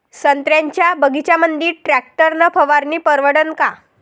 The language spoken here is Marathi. संत्र्याच्या बगीच्यामंदी टॅक्टर न फवारनी परवडन का?